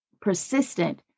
persistent